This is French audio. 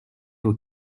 aux